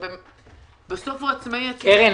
בסוף הוא עצמאי -- קרן,